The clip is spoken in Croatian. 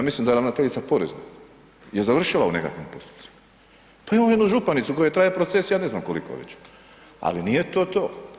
Ja mislim da je ravnateljica Porezne je završila u nekakvim postupcima, pa imamo jednu županicu kojoj traje proces ja ne znam koliko već, ali nije to to.